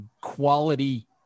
quality